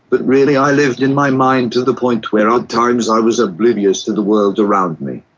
but really i lived in my mind to the point where at times i was oblivious to the world around me.